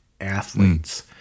athletes